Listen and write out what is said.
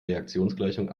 reaktionsgleichung